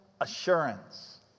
assurance